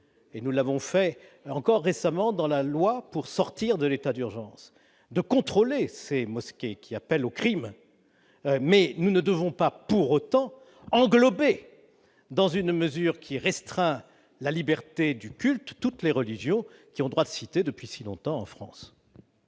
et nous l'avons fait encore récemment dans la loi pour sortir de l'état d'urgence, de contrôler ses mosquées qui appelle au Crime, mais nous ne devons pas pour autant englobée dans une mesure qui restreint la liberté du culte toutes les religions qui ont droit de cité depuis si longtemps en France.